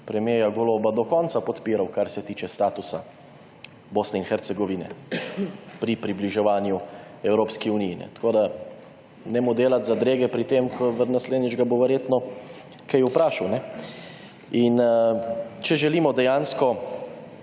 premierja Goloba do konca podpiral, kar se tiče statusa Bosne in Hercegovine pri približevanju Evropski uniji. Tako, da ne mu delati zadrege pri tem, ker naslednjič ga bo verjetno kaj vprašal. In če želimo dejansko